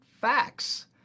Facts